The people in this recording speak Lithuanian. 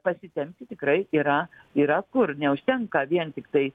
pasitempti tikrai yra yra kur neužtenka vien tiktai